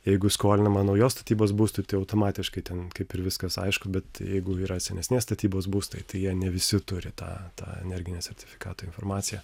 jeigu skolinama naujos statybos būstui tai automatiškai ten kaip ir viskas aišku bet jeigu yra senesnės statybos būstai tai jie ne visi turi tą tą energinio sertifikato informaciją